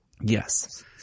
Yes